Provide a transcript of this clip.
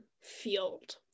field